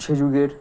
সে যুগের